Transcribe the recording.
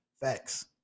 Facts